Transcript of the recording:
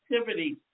activities